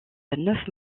neuf